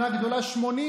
בבקשה.